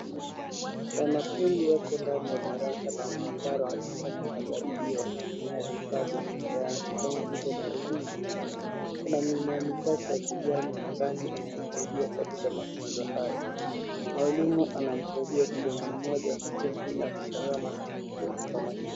Wanafunzi wako ndani ya darasa la maabara wakifanya majaribio wakitumia vifaa vya kisayansi kama vile darubini, kuna mimea michache ya kijani mezani inayosaidia katika mafunzo hayo, mwalimu anamsaidia kijana mmoja huku wengine wakitazama na kuseti kwa makini.